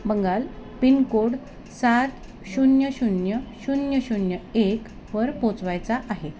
Bengal pin code सात शून्य शून्य शून्य शून्य एक वर पोचवायचा आहे